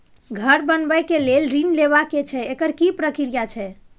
घर बनबै के लेल ऋण लेबा के छै एकर की प्रक्रिया छै?